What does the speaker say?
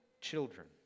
children